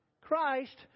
Christ